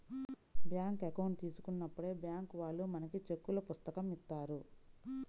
bank account తీసుకున్నప్పుడే bank వాళ్ళు మనకు చెక్కుల పుస్తకం ఇత్తారు